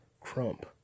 Crump